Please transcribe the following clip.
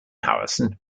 howison